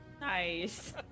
Nice